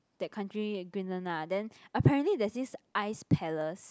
that country in Greenland lah then apparently there's this ice palace